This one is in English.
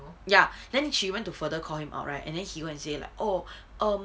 ya then she went to further call him up right then he go and say oh um